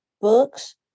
books